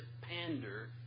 pander